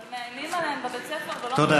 אבל מאיימים עליהן בבית הספר ולא נותנים להן,